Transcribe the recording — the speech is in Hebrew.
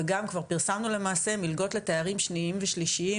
וגם כבר פרסמנו למעשה מלגות לתארים שניים ושלישיים